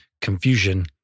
confusion